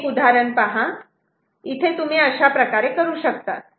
हे एक उदाहरण पहा इथे तुम्ही अशा प्रकारे करू शकतात